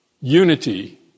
Unity